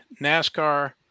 NASCAR